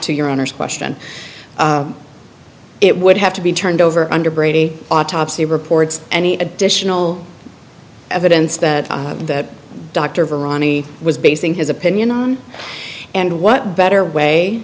to your honor's question it would have to be turned over under brady autopsy reports any additional evidence that the doctor of irani was basing his opinion on and what better way